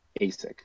ASIC